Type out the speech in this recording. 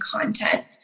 content